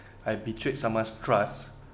I betrayed someone's trust